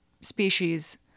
species